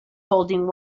holding